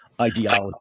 Ideology